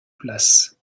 place